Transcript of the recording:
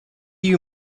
you